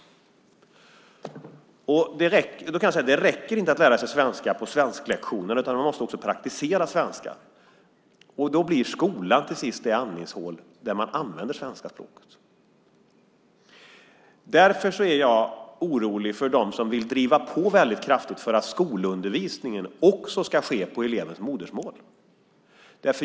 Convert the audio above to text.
Då kan jag säga: Det räcker inte att lära sig svenska på svensklektionerna, utan man måste också praktisera svenska. Då blir skolan till sist det andningshål där man använder svenska språket. Därför är jag orolig för dem som vill driva på väldigt kraftigt för att skolundervisningen också ska ske på elevens modersmål.